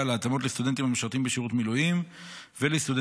להתאמות לסטודנטים המשרתים בשירות מילואים ולסטודנטים